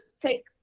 take